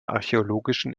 archäologischen